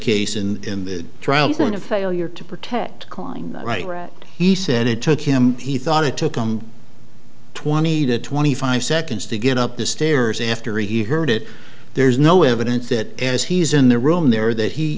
case in the trial isn't a failure to protect kline right he said it took him he thought it took him twenty to twenty five seconds to get up the stairs after he heard it there's no evidence that as he's in the room there that he